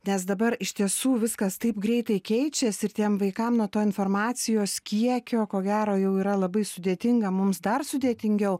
nes dabar iš tiesų viskas taip greitai keičiasi ir tiem vaikam nuo to informacijos kiekio ko gero jau yra labai sudėtinga mums dar sudėtingiau